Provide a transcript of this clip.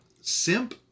simp